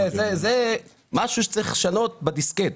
זה משהו שצריך לשנות בדיסקט.